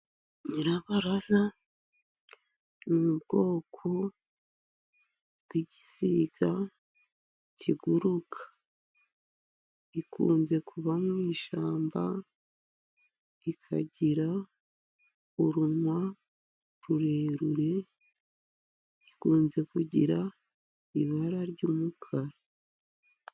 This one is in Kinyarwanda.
Nyirabaraza ni ubwoko bw'igisiga kiguruka, ikunze kuba mu ishyamba ikagira urunwa rurerure, ikunze kugira ibara ry'umukara.